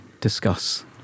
discuss